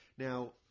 Now